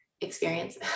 experience